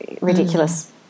ridiculous